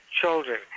children